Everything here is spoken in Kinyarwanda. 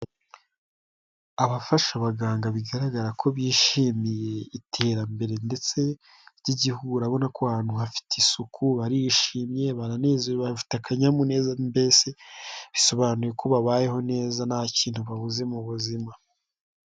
Abafasha abaganga bigaragara ko bishimiye iterambere ndetse ry'igihugu, urabona ko ahantu hafite isuku, barishimye, baranezerewe, bafite akanyamuneza; mbese bisobanuye ko babayeho neza, nta kintu babuze mu buzima.